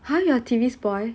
!huh! your T_V spoil